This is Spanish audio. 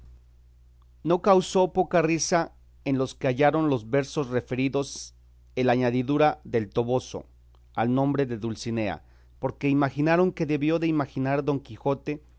no causó poca risa en los que hallaron los versos referidos el añadidura del toboso al nombre de dulcinea porque imaginaron que debió de imaginar don quijote